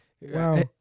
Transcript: Wow